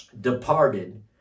departed